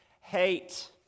hate